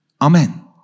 Amen